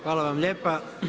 Hvala vam lijepa.